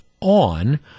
on